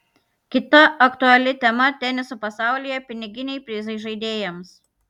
kita aktuali tema teniso pasaulyje piniginiai prizai žaidėjams